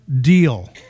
deal